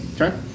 Okay